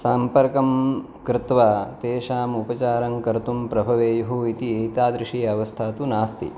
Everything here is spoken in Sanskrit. सम्पर्कं कृत्वा तेषाम् उपचारं कर्तुं प्रभवेयुः इति एतादृशी अवस्था तु नास्ति